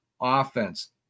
offense